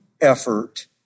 effort